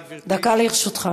דקה לרשותך.